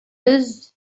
без